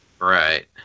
Right